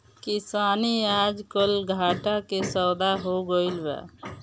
किसानी आजकल घाटा के सौदा हो गइल बा